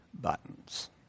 buttons